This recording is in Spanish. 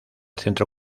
centro